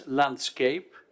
landscape